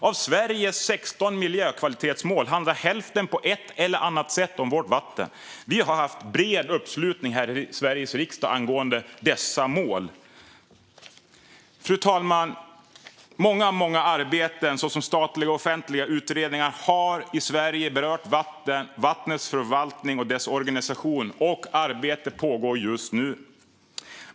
Av Sveriges 16 miljökvalitetsmål handlar hälften på ett eller annat sätt om vårt vatten, och vi har haft bred uppslutning i Sveriges riksdag angående dessa mål. Fru talman! Många statliga och offentliga utredningar i Sverige har berört vattnets förvaltning och dess organisation, och arbete pågår just nu.